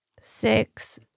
six